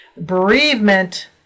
Bereavement